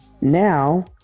now